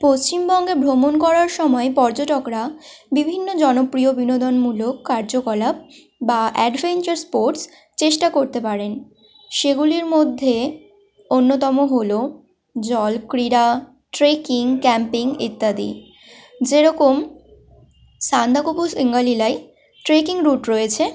পশ্চিমবঙ্গে ভ্রমণ করার সময় পর্যটকরা বিভিন্ন জনপ্রিয় বিনোদনমূলক কার্যকলাপ বা অ্যাডভেঞ্চার স্পোর্টস চেষ্টা করতে পারেন সেগুলির মধ্যে অন্যতম হলো জলক্রীড়া ট্রেকিং ক্যাম্পিং ইত্যাদি যেরকম সান্দাকফু সিঙ্গালিলায় ট্রেকিং রুট রয়েছে